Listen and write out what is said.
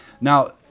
Now